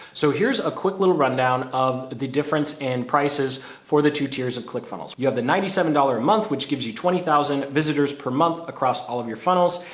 so here's a quick little rundown of the difference in prices for the two tiers of click funnels. you have the ninety seven dollars a month, which gives you twenty thousand visitors per month across all of your funnels.